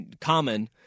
common